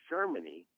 Germany